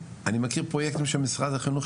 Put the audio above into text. אני מכיר פרויקטים של משרד החינוך,